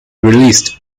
released